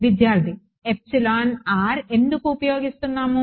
విద్యార్థి ఎందుకు ఉపయోగిస్తున్నాము